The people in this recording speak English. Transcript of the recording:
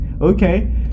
Okay